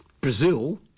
Brazil